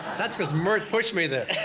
that's cause mert pushed me there.